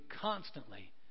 constantly